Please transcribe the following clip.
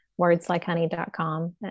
wordslikehoney.com